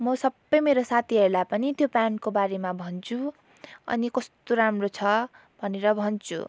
म सबै मेरो साथीहरूलाई पनि त्यो प्यान्टको बारेमा भन्छु अनि कस्तो राम्रो छ भनेर भन्छु